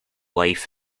life